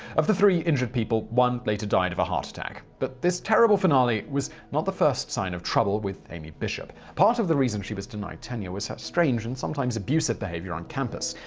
of the three injured people, one later died of a heart attack. but this terrible finale was not the first sign of trouble with amy bishop. part of the reason she was denied tenure was her strange and sometimes abusive behavior on campus.